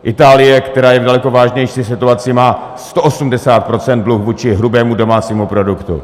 Itálie, která je v daleko vážnější situaci, má 180 % dluh vůči hrubému domácímu produktu.